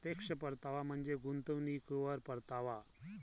सापेक्ष परतावा म्हणजे गुंतवणुकीवर परतावा